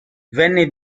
venne